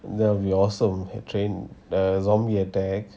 there'll be awesome train err zombie attack